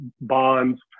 bonds